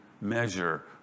measure